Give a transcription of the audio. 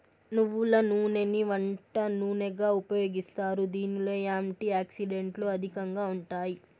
నువ్వుల నూనెని వంట నూనెగా ఉపయోగిస్తారు, దీనిలో యాంటీ ఆక్సిడెంట్లు అధికంగా ఉంటాయి